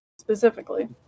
specifically